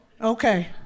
Okay